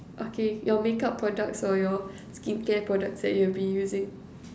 okay your make-up products or your skincare products that you've been using